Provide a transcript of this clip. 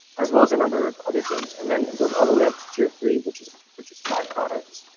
as well as a number of other things. and then it goes all the way up to tier three, which is purchase five products,